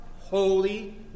holy